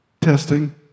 Testing